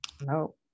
No